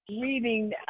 reading